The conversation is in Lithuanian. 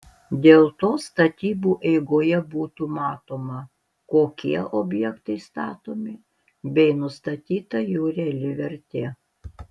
dėl to statybų eigoje būtų matoma kokie objektai statomi bei nustatyta jų reali vertė